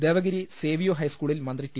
ദേവ ഗിരി Savio ഹൈസ്കൂളിൽ മന്ത്രി T